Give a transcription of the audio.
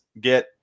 get